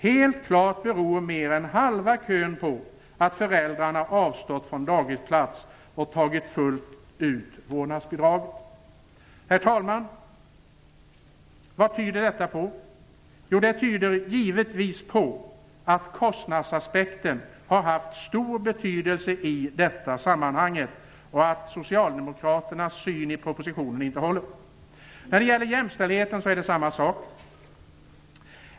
Helt klart beror mer än halva kön på att föräldrarna avstått från dagisplats och tagit fullt vårdnadsbidrag. Herr talman! Vad tyder detta på? Givetvis på att kostnadsaspekten haft stor betydelse i sammanhanget, och att Socialdemokraternas syn i propositionen inte håller. När det gäller jämställdheten är det samma sak.